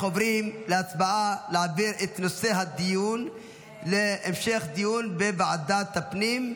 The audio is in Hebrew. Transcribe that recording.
אנחנו עוברים להצבעה על להעביר את נושא הדיון להמשך דיון בוועדת הפנים.